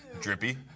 Drippy